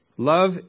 Love